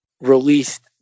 released